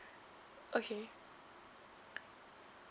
okay